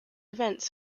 events